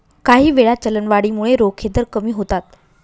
काहीवेळा, चलनवाढीमुळे रोखे दर कमी होतात